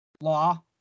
Law